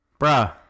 Bruh